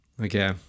Okay